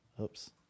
Oops